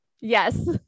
Yes